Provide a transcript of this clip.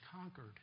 conquered